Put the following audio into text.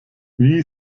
wie